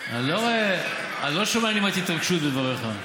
אני לא שומע נימת התרגשות בדבריך.